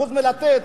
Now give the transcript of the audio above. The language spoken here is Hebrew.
חוץ מלתת,